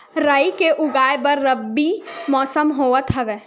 राई के उगाए बर रबी मौसम होवत हवय?